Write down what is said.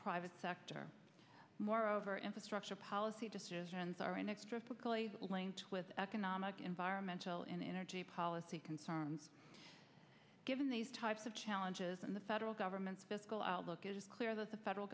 private sector moreover infrastructure policy decisions are inextricably linked with economic environmental and energy policy concerns given these types of challenges and the federal government book is clear that the federal